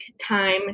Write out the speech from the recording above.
time